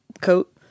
coat